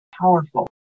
powerful